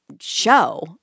show